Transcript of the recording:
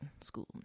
school